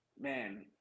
man